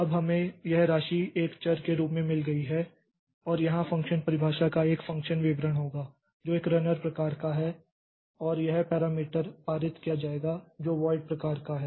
अब हमें यह राशि एक चर के रूप में मिल गई है और यहाँ फ़ंक्शन परिभाषा का एक फ़ंक्शन विवरण होगा जो एक रनर प्रकार है और यह एक पैरामीटर पारित किया जाएगा जो वोइड प्रकार का है